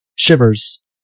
Shivers